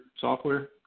software